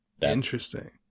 Interesting